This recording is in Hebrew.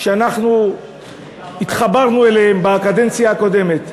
שאנחנו התחברנו אליהן בקדנציה הקודמת,